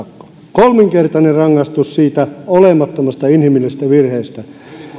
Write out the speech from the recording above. kolminkertainen rangaistus siitä olemattomasta inhimillisestä virheestä niin